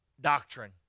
doctrine